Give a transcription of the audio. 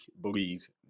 believe